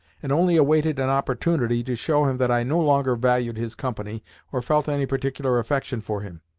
and only awaited an opportunity to show him that i no longer valued his company or felt any particular affection for him.